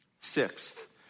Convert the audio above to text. Sixth